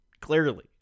Clearly